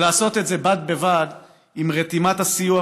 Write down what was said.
ולעשות את זה בד בבד עם רתימת הסיוע